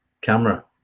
camera